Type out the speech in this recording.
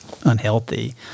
unhealthy